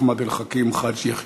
אחמד אל חכים חאג' יחיא.